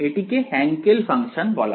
এটিকে Hankel function বলা হয়